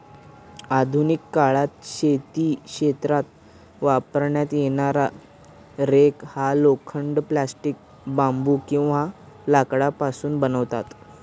आधुनिक काळात शेती क्षेत्रात वापरण्यात येणारा रेक हा लोखंड, प्लास्टिक, बांबू किंवा लाकडापासून बनवतात